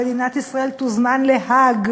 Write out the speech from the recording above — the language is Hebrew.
מדינת ישראל תוזמן להאג,